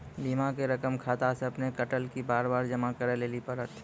बीमा के रकम खाता से अपने कटत कि बार बार जमा करे लेली पड़त?